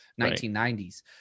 1990s